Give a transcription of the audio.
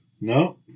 No